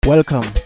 Welcome